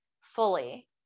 fully